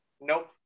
Nope